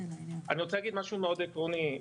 אני רוצה להגיד משהו מאוד עקרוני.